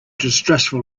distrustful